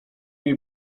jej